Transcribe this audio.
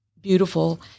beautiful